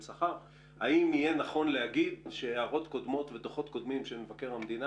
האם יהיה נכון להגיד שהערות קודמות של מבקר המדינה,